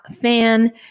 fan